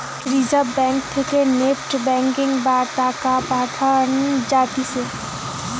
reserve bank থেকে NEFT banking বা টাকা পাঠান যাতিছে